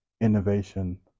innovation